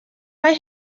mae